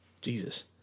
Jesus